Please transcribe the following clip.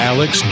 Alex